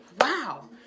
wow